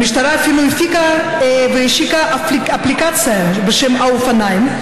המשטרה אפילו הפיקה והשיקה אפליקציה בשם "האופניים",